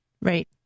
Right